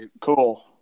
Cool